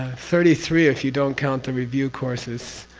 thirty three if you don't count the review courses